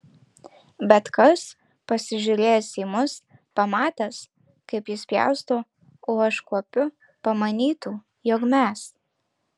bet kas pasižiūrėjęs į mus pamatęs kaip jis pjausto o aš kuopiu pamanytų jog mes